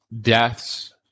deaths